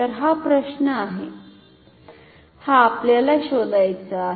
तर हा प्रश्न आहे हा आपल्याला शोधायचा आहे